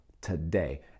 today